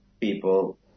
people